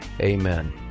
amen